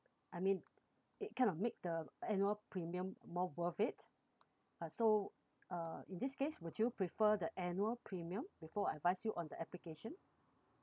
I mean it kind of make the annual premium more worth it uh so uh in this case would you prefer the annual premium before I advise you on the application